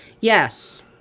Yes